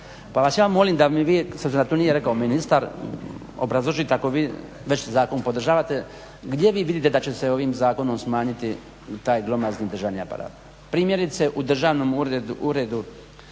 Pa vas ja molim da mi vi s obzirom da to nije rekao ministar obrazložiti ako vi već zakon podržavate, gdje vi vidite da će se ovim zakonom smanjiti taj glomazni državni aparat? Primjerice u uredu